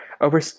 Over